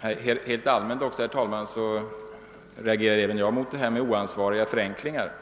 Herr talman! Helt allmänt reagerar även jag mot oansvariga förenklingar.